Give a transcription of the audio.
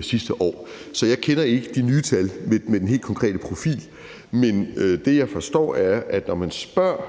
sidste år. Så jeg kender ikke de nye tal med den helt konkrete profil. Men det, jeg forstår, er, at når man spørger